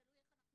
תלוי איך אנחנו